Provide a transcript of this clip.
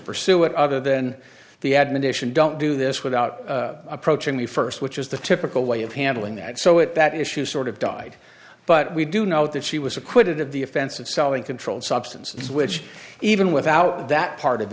pursue it other than the admonition don't do this without approaching the first which is the typical way of handling that so it that issue sort of died but we do know that she was acquitted of the offense of selling controlled substances which even without that part of